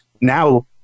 now